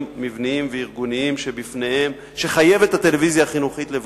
מבניים וארגוניים שהטלוויזיה החינוכית חייבת לבצע.